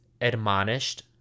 admonished